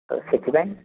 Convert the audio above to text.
ତ ସେଥିପାଇଁ